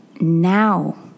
now